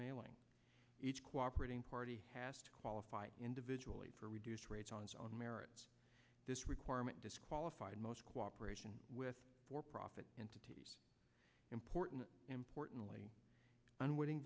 mailing each cooperating party has to qualify individually for reduced rates on its own merits this requirement disqualified most cooperation with for profit entities important importantly unwitting